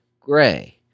Gray